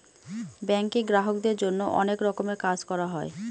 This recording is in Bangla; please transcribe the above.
ব্যাঙ্কে গ্রাহকদের জন্য অনেক রকমের কাজ করা হয়